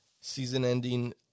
season-ending